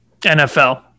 NFL